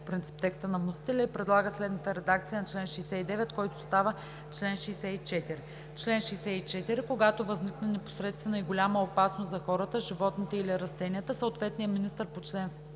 принцип текста на вносителя и предлага следната редакция на чл. 69, който става чл. 64: „Чл. 64. Когато възникне непосредствена и голяма опасност за хората, животните или растенията, съответният министър по чл.